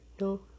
no